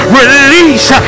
release